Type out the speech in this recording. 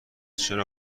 چرا